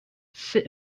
sit